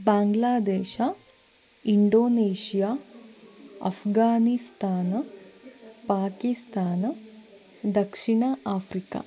Bangladesh Indonesia Afghanistan Pakistan ದಕ್ಷಿಣ Africa